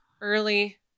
early